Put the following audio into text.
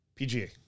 PGA